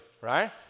right